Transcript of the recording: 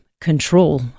control